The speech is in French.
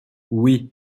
oui